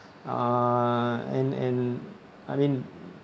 uh and and I mean